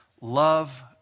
Love